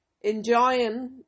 enjoying